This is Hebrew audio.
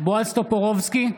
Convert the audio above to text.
בועז טופורובסקי,